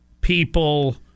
people